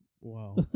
wow